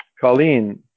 Colleen